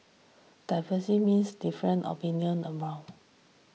diversity means different opinion abound